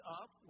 up